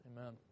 Amen